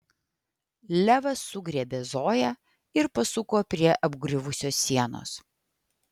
levas sugriebė zoją ir pasuko prie apgriuvusios sienos